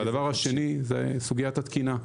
והדבר השני, סוגיית התקינה.